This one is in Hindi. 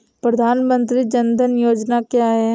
प्रधानमंत्री जन धन योजना क्या है?